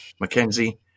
Mackenzie